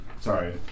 Sorry